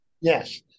Yes